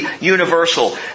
universal